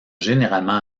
généralement